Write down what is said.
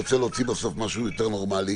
ורוצה להוציא בסוף משהו יותר נורמלי,